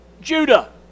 Judah